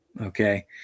Okay